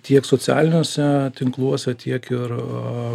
tiek socialiniuose tinkluose tiek ir